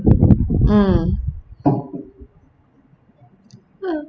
mm